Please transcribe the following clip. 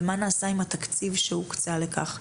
ומה נעשה עם התקציב שהוקצה לכך.